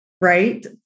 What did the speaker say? right